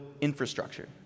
infrastructure